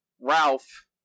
Ralph